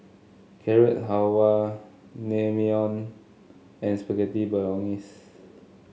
Carrot Halwa Naengmyeon and Spaghetti Bolognese